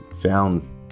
found